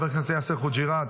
חבר יאסר חוג'יראת,